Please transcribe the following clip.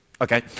Okay